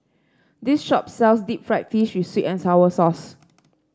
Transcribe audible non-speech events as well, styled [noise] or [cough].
this shop sells Deep Fried Fish with sweet and sour sauce [noise]